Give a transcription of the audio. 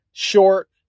Short